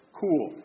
cool